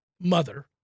mother